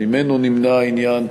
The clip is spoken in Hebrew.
גם ממנו נמנע העניין.